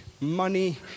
money